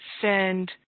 send